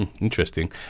Interesting